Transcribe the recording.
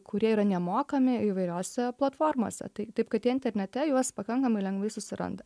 kurie yra nemokami įvairiose platformose tai taip kad jie internete juos pakankamai lengvai susiranda